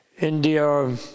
India